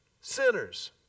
sinners